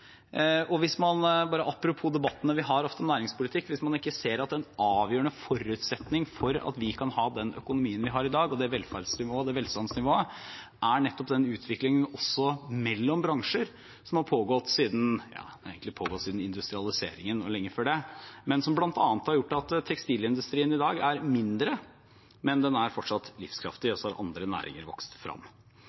Og – apropos debattene vi ofte har om næringspolitikk – den avgjørende forutsetningen for at vi kan ha den økonomien vi har i dag, og det velferds- og velstandsnivået, er nettopp denne utviklingen mellom bransjer, som har pågått egentlig helt siden industrialiseringen og lenge før det, men som bl.a. har gjort at tekstilindustrien i dag er mindre, men fortsatt livskraftig, og så har andre næringer vokst fram.